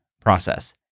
process